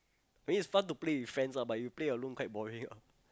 it's fun to play with friends lah but you play alone quite boring ah